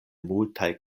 multaj